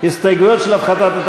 ההסתייגויות לסעיף 21,